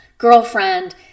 Girlfriend